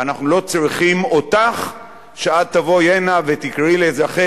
ואנחנו לא צריכים אותך שאת תבואי הנה ותקראי לאזרחי